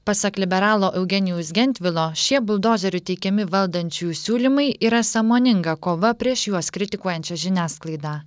pasak liberalo eugenijaus gentvilo šie buldozeriu teikiami valdančiųjų siūlymai yra sąmoninga kova prieš juos kritikuojančią žiniasklaidą